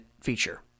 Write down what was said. feature